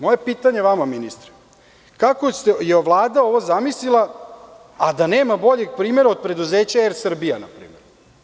Moje pitanje vama ministre - kako je Vlada ovo zamislila, a da nema boljeg primera od preduzeća „ErSrbija“ na primer?